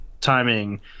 timing